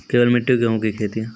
केवल मिट्टी गेहूँ की खेती?